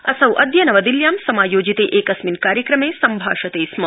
असौ अद्य नवदिल्याम् समायोजिते एकस्मिन् कार्यक्रमे सम्भाषते स्म